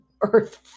earth